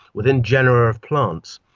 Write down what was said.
within genera of plants.